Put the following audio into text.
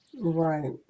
Right